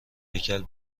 هیکل